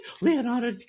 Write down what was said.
Leonardo